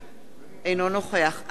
אינו נוכח אמנון כהן,